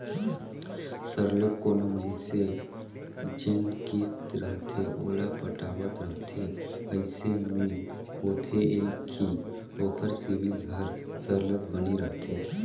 सरलग कोनो मइनसे जेन किस्त रहथे ओला पटावत रहथे अइसे में होथे ए कि ओकर सिविल हर सरलग बने रहथे